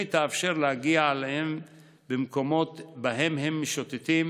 התוכנית תאפשר להגיע אליהם במקומות שבהם הם משוטטים,